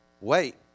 Wait